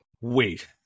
wait